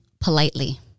politely